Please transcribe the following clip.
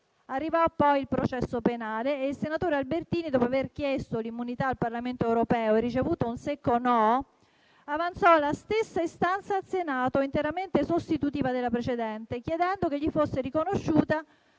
Arrivò poi il processo penale e il senatore Albertini, dopo aver chiesto l'immunità al Parlamento europeo e ricevuto un secco no, avanzò la stessa istanza al Senato, interamente sostitutiva della precedente, chiedendo che gli fosse riconosciuta